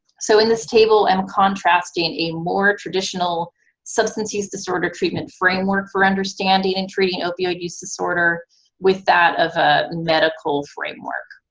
so in this table, i'm contrasting a more traditional substance use disorder treatment framework for understanding and treating opioid use disorder with that of a medical framework.